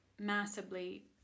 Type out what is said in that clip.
massively